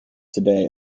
today